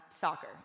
soccer